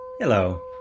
Hello